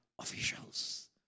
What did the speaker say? officials